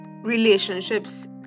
relationships